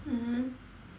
mmhmm